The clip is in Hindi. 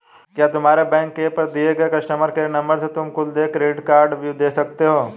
क्या तुम्हारे बैंक के एप पर दिए गए कस्टमर केयर नंबर से तुम कुल देय क्रेडिट कार्डव्यू देख सकते हो?